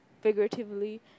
figuratively